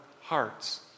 hearts